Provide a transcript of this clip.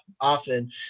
often